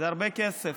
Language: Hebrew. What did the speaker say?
זה הרבה כסף.